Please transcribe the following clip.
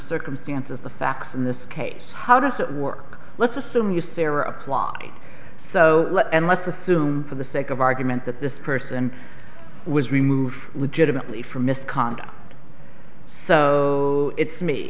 circumstances the facts in this case how does that work let's assume your therapist was so let and let's assume for the sake of argument that this person was removed legitimately for misconduct so it's me